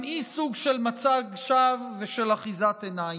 גם היא סוג של מצג שווא ושל אחיזת עיניים.